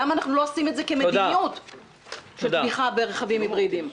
למה אנחנו לא עושים את זה כמדיניות של תמיכה ברכבים היברידיים ותמרוץ?